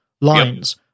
lines